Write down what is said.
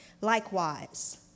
likewise